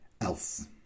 else